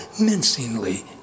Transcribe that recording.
mincingly